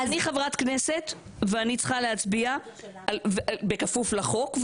אם אני חברת כנסת ואני צריכה להצביע בכפוף לחוק,